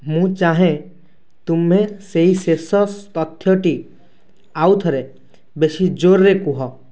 ମୁଁ ଚାହେଁ ତୁମେ ସେହି ଶେଷ ତଥ୍ୟଟି ଆଉ ଥରେ ବେଶୀ ଜୋର୍ରେ କୁହ